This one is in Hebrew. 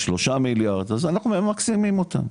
3 מיליארד אז אנחנו ממקסמים אותם,